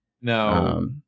No